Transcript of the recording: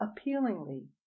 appealingly